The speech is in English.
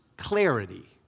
clarity